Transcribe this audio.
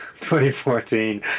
2014